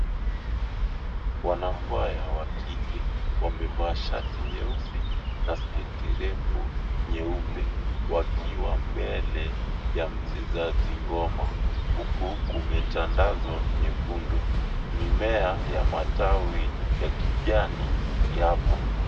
Wanakwaya wa kike wamevaa shati nyeusi na sketi refu nyeupe, wakiwa mbele ya mchezaji ngoma, huku kumetandazwa nyekundu. Mimea ya matawi ya kijani yapo.